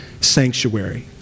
sanctuary